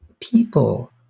people